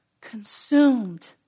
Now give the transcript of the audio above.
consumed